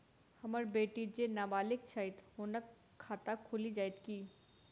हम्मर बेटी जेँ नबालिग छथि हुनक खाता खुलि जाइत की?